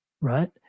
right